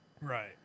Right